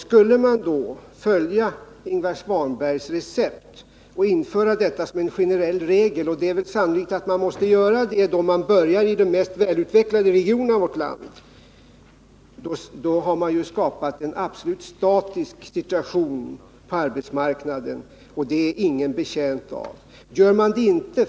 Skulle man följa Ingvar Svanbergs recept och införa detta som en generell regel — och det är väl sannolikt att man måste göra det om man börjar i de mest välutvecklade regionerna i vårt land — har man skapat en absolut statisk situation på arbetsmarknaden, och det är ingen betjänt av.